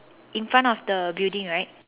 in front of the building right